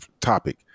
topic